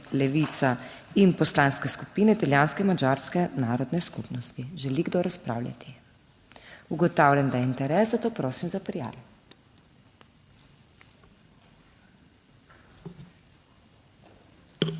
in Poslanske skupine italijanske in madžarske narodne skupnosti. Želi kdo razpravljati? Ugotavljam, da je interes, zato prosim za prijavo. Besedo